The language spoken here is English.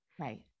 right